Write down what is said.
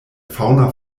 fauna